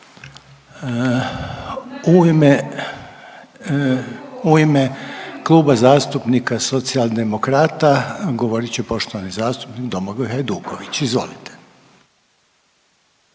U ime Kluba zastupnika Socijaldemokrata govorit će poštovani zastupnik Domagoj Hajduković. Izvolite.